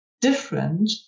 different